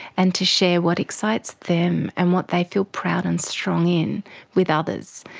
and to share what excites them and what they feel proud and strong in with others.